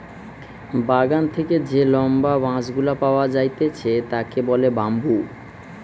বাগান থেকে যে লম্বা বাঁশ গুলা পাওয়া যাইতেছে তাকে বলে বাম্বু